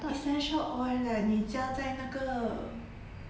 essential oil leh 你加在那个